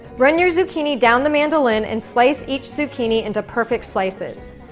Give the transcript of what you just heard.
run your zucchini down the mandoline and slice each zucchini into perfect slices.